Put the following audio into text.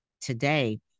today